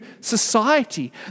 society